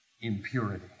impurity